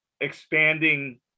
expanding